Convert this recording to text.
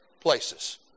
places